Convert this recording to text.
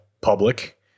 public